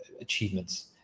achievements